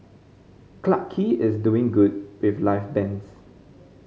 Clarke Quay is doing good with live bands